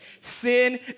sin